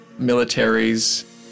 Militaries